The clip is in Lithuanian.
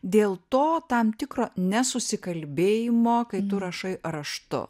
dėl to tam tikro nesusikalbėjimo kai tu rašai raštu